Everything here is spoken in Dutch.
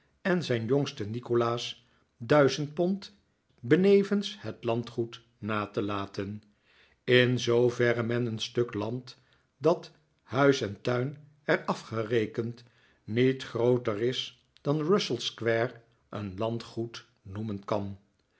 en zijn jongsten nikolaas duizend pond benevens het landgoed na te laten in zooverre men een stuk land dat huis en tuin er af gerekend niet grooter is dan russell square een landgoed noemen kan